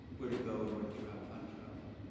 where to go and where to travel. how to travel.